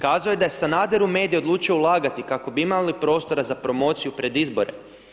Kazao je da je Sanader u medije odlučio ulagati kako bi imali prostora za promociju pred izbore.